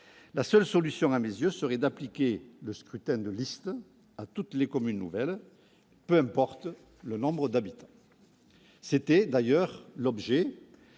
La seule solution, à mes yeux, serait d'appliquer le scrutin de liste à toutes les communes nouvelles, peu importe leur nombre d'habitants. C'était l'objet